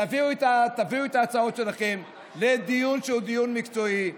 תביאו את ההצעות שלכם לדיון שהוא דיון מקצועי,